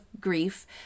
grief